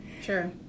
sure